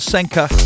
Senka